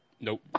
Nope